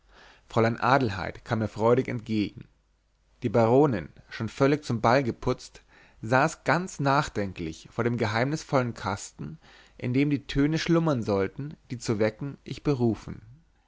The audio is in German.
fräulein adelheid kam mir freudig entgegen die baronin schon zum ball völlig geputzt saß ganz nachdenklich vor dem geheimnisvollen kasten in dem die töne schlummern sollten die zu wecken ich berufen